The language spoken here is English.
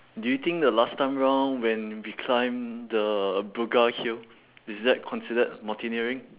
do you think the last time round when we climbed the buga hill is that considered mountaineering